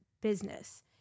business